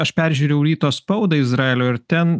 aš peržiūrėjau ryto spaudą izraelio ir ten